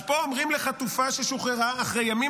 אז פה אומרים לחטופה ששוחררה אחרי ימים